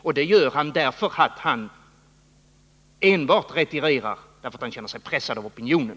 Och det gör han därför att han retirerar, inte av övertygelse utan enbart därför att han känner sig pressad av opinionen.